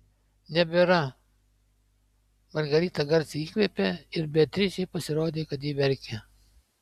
nebėra margarita garsiai įkvėpė ir beatričei pasirodė kad ji verkia